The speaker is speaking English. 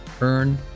Earn